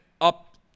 up